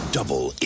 Double